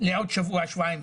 לעוד שבוע-שבועיים,